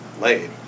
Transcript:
laid